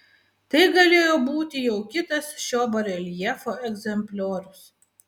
tai galėjo būti jau kitas šio bareljefo egzempliorius